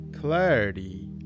clarity